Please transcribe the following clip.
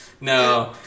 No